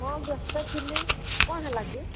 ହଁ ବ୍ୟସ୍ତ ଥିଲି କ'ଣ ହେଲା କି